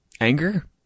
Anger